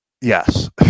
Yes